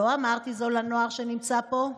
לא אמרתי זו לנוער שנמצא פה,